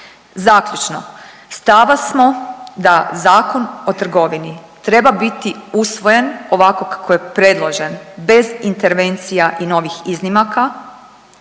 Zaključno. Stava smo da Zakon o trgovini treba biti usvojen ovako kako je predložen bez intervencija i novih iznimaka,